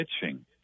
pitching